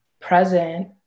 present